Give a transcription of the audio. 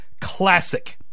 Classic